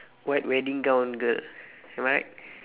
white wedding gown girl am I right